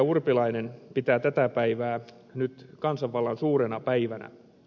urpilainen pitää tätä päivää nyt kansanvallan suurena päivänä